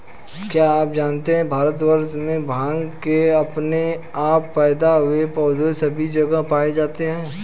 क्या आप जानते है भारतवर्ष में भांग के अपने आप पैदा हुए पौधे सभी जगह पाये जाते हैं?